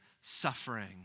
suffering